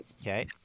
Okay